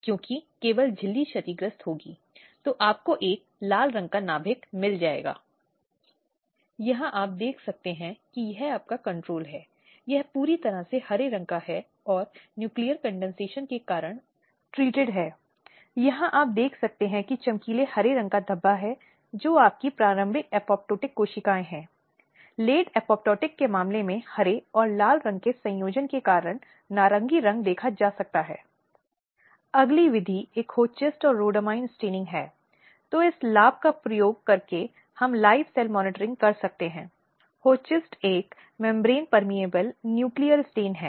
तो यह सुदेश झाकु बनाम केसीजे का एक मामला है जहां अदालत ने कुछ दिशानिर्देश दिए हैं क्योंकि उन मामलों में आपके पास एक नाबालिग है जो अदालत में है और नाबालिग द्वारा घटना के प्रकार को बयान करना बहुत मुश्किल है